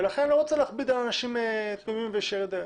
לכן אני לא רוצה להכביד על אנשים תמימים וישרי דרך.